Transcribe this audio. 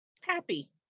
happy